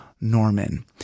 Norman